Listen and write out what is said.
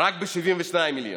רק ב-72 מיליון,